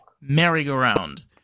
merry-go-round